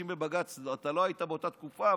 אתה לא היית באותה תקופה,